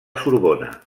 sorbona